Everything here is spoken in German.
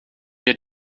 wir